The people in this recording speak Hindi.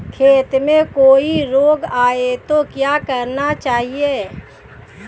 खेत में कोई रोग आये तो क्या करना चाहिए?